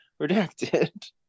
redacted